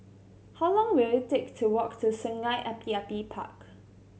how long will it take to walk to Sungei Api Api Park